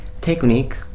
technique